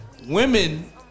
Women